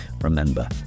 remember